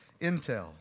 Intel